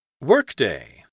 Workday